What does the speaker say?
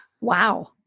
Wow